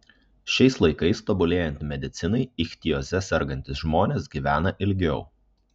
šiais laikais tobulėjant medicinai ichtioze sergantys žmonės gyvena ilgiau